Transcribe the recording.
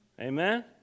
Amen